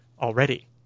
already